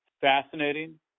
fascinating